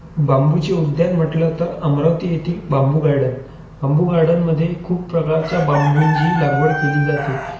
बांबूचे उद्यान म्हटलं तर अमरावती येथील बांबू गार्डन बांबू गार्डनमध्ये खूप प्रकारच्या बांबुंची लागवड केली जाते